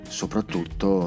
soprattutto